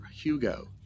hugo